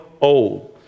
old